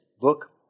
Book